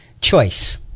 choice